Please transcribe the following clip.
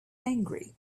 angry